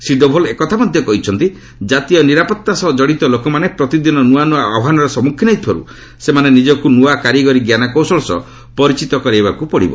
ଶ୍ରୀ ଡୋଭଲ ଏକଥା ମଧ୍ୟ କହିଛନ୍ତି କାତୀୟ ନିରାପତ୍ତା ସହ କଡ଼ିତ ଲୋକମାନେ ପ୍ରତିଦିନ ନୁଆ ନୂଆ ଆହ୍ୱାନର ସମ୍ମୁଖୀନ ହେଉଥିବାରୁ ସେମାନେ ନିଜକୁ ନୂଆ କାରିଗରି ଜ୍ଞାନକୌଶଳ ସହ ପରିଚିତ କରାଇବାକୁ ପଡ଼ିବ